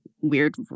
weird